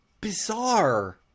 bizarre